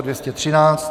213.